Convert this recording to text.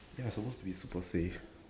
ya it's supposed to be super safe